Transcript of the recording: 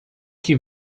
que